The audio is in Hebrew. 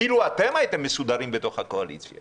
אילו אתם הייתם מסודרים בתוך הקואליציה